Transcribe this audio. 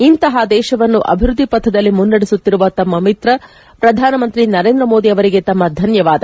ಇಂತಪ ದೇಶವನ್ನು ಅಭಿವೃದ್ಧಿ ಪಥದಲ್ಲಿ ಮುನ್ನಡೆಸುತ್ತಿರುವ ತಮ್ಮ ಮಿತ್ರ ಪ್ರಧಾನಮಂತ್ರಿ ನರೇಂದ್ರ ಮೋದಿ ಅವರಿಗೆ ತಮ್ಮ ಧನ್ಯವಾದ